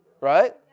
right